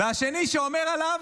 והשני שאומר עליו: